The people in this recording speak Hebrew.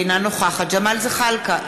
אינה נוכחת ג'מאל זחאלקה,